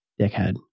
dickhead